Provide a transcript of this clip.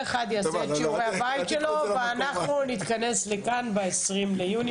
יעשה את שיעורי הבית שלו ואנחנו נתכנס כאן ב-20.6.